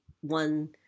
one